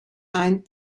ein